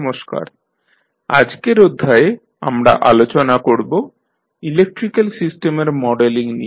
নমস্কার আজকের অধ্যায়ে আমরা আলোচনা করব ইলেক্ট্রিক্যাল সিস্টেমের মডেলিং নিয়ে